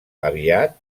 aviat